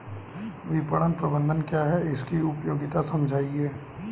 विपणन प्रबंधन क्या है इसकी उपयोगिता समझाइए?